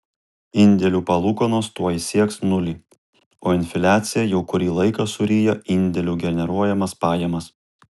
indėlių palūkanos tuoj sieks nulį o infliacija jau kurį laiką suryja indėlių generuojamas pajamas